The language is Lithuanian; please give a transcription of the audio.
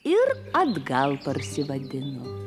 ir atgal parsivadino